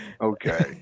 Okay